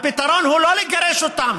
הפתרון הוא לא לגרש אותם,